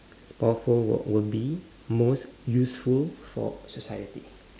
s~ powerful what would be most useful for society